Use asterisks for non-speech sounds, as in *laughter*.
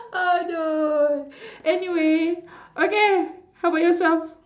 ah do *breath* anyway *breath* okay how about yourself